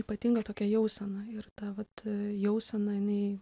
ypatingą tokią jauseną ir ta vat jausena jinai